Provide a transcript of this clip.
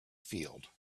field